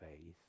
faith